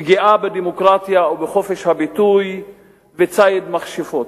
פגיעה בדמוקרטיה ובחופש הביטוי וציד מכשפות.